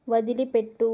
వదిలిపెట్టు